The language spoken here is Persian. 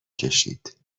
کشید